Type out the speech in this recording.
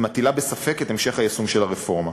והיא מעמידה בספק את המשך היישום של הרפורמה.